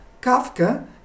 Kafka